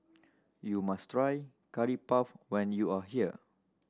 you must try Curry Puff when you are here